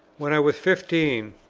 when i was fifteen,